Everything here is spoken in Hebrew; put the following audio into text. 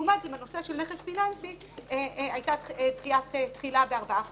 לעומת זאת בנושא של נכס פיננסי הייתה דחייה בארבעה חודשים.